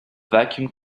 vacuum